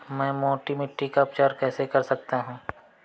मैं मोटी मिट्टी का उपचार कैसे कर सकता हूँ?